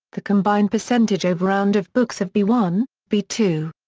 the combined percentage overround of books of b one, b two,